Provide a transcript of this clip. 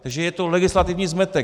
Že je to legislativní zmetek.